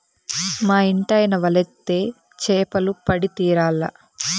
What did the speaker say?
మా ఇంటాయన వల ఏత్తే చేపలు పడి తీరాల్ల